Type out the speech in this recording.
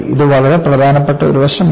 ഇത് വളരെ പ്രധാനപ്പെട്ട ഒരു വശമാണ്